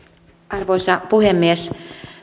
arvoisa puhemies